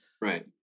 right